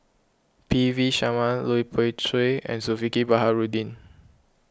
P V Sharma Lui Pao Chuen and Zulkifli Baharudin